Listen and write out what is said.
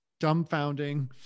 dumbfounding